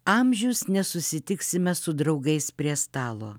amžius nesusitiksime su draugais prie stalo